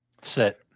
Sit